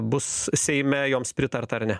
bus seime joms pritarta ar ne